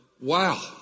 wow